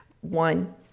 one